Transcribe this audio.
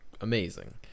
amazing